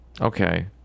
okay